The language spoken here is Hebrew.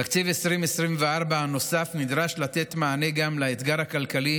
תקציב 2024 הנוסף נדרש לתת מענה גם לאתגר הכלכלי